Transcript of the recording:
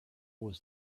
was